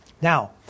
Now